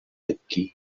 hepken